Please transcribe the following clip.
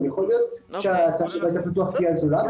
גם יכול להיות שההצעה של הבית הפתוח תהיה ---.